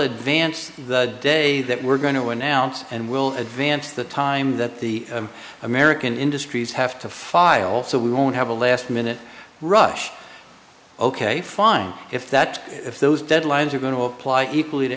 advance the day that we're going to announce and we'll advance the time that the american industries have to file so we won't have a last minute rush ok fine if that if those deadlines are going to apply equally to